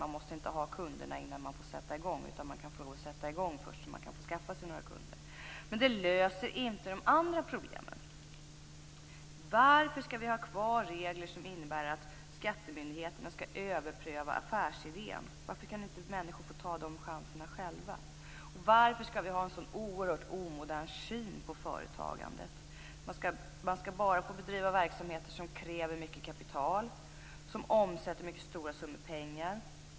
Man behöver inte ha kunder innan man får sätta i gång, utan man kan få lov att sätta i gång först, så att man kan skaffa sig kunder. Men förslaget löser inte de andra problemen. Varför skall vi ha kvar regler som innebär att skattemymdigheterna skall överpröva affärsidén? Varför kan människor inte få ta de chanserna själva? Varför skall vi ha en så oerhört omodern syn på företagandet? Man skall bara få bedriva verksamheter som kräver mycket kapital och som omsätter mycket stora summor pengar.